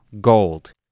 gold